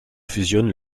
fusionne